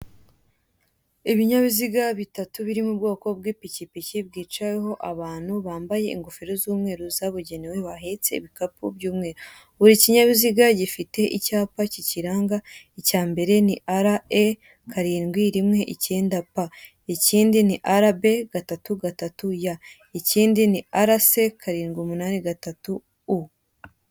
Ibinyabiziga bitatu biri mu bwoko bw'ipikipiki bwicayeho abantu bambaye ingofero z'umweru zabugenewe, bahetse ibikapu by'umweru. Buri kinyabiziga gifite icyapa kikiranga. Icyapa mbere ni RA karindwi, rimwe icyenda P, ikindi ni RB gatatu, gatatu Y, ikindi ni RC karindwi umunani gatatu U.